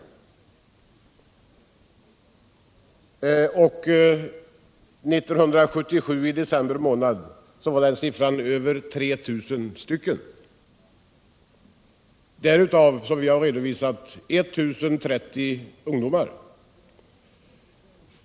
I december månad 1977 var motsvarande siffra över 3 000, varav 1030 ungdomar.